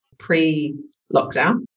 pre-lockdown